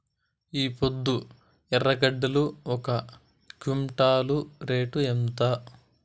ఈపొద్దు ఎర్రగడ్డలు ఒక క్వింటాలు రేటు ఎంత?